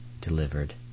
delivered